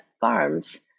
farms